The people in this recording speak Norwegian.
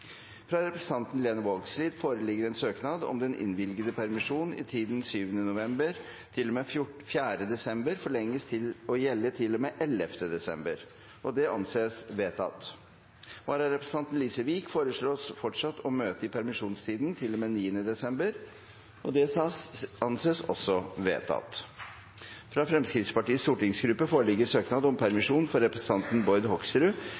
Fra representanten Lene Vågslid foreligger søknad om at den innvilgede permisjon i tiden fra og med 7. november til og med 4. desember forlenges til å gjelde til og med 11. desember. – Det anses vedtatt. Vararepresentanten, Lise Wiik , foreslås fortsatt å møte i permisjonstiden til og med 9. desember. – Det anses vedtatt. Fra Fremskrittspartiets stortingsgruppe foreligger søknad om permisjon for representanten Bård Hoksrud